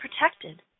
protected